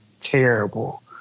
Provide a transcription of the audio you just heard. terrible